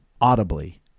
audibly